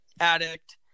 addict